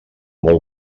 molt